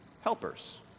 helpers